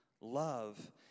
Love